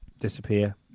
disappear